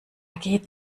geht